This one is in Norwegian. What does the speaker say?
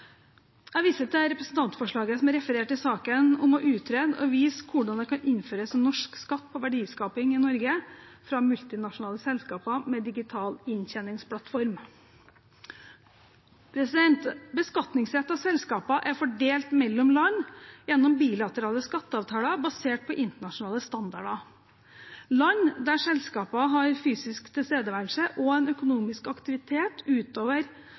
Jeg viser til representantforslaget som er referert i saken om å utrede og vise hvordan det kan innføres en norsk skatt på verdiskaping i Norge fra multinasjonale selskaper med digital inntjeningsplattform. Beskatningsrett av selskaper er fordelt mellom land gjennom bilaterale skatteavtaler basert på internasjonale standarder. Land der selskaper har fysisk tilstedeværelse og en økonomisk aktivitet utover